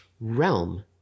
realm